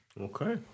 Okay